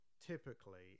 typically